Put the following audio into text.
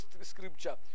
scripture